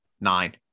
Nine